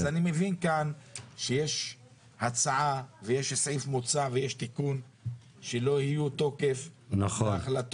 אז אני מבין שיש סעיף מוצע ויש תיקון שלא יהיה תוקף להחלטות.